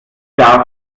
das